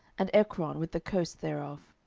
and ekron with the coast thereof.